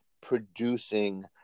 producing